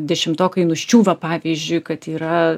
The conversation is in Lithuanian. dešimtokai nuščiūva pavyzdžiui kad yra